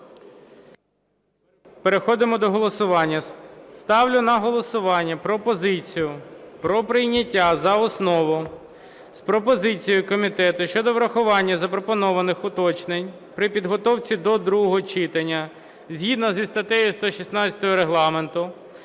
Переходимо до голосування. Ставлю на голосування пропозицію про прийняття за основу з пропозицією комітету щодо врахування запропонованих уточнень при підготовці до другого читання, згідно зі статтею 116 Регламенту,